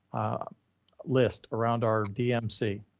a list around our dmc,